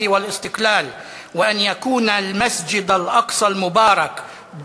בחסדו לעמנו חירות ועצמאות ושמסגד אל-אקצא המבורך,